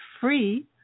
free